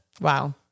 Wow